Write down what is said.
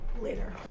Later